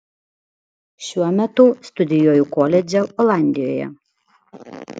šiuo metu studijuoju koledže olandijoje